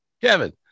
Kevin